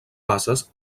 bases